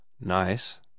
Nice